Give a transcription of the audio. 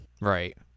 Right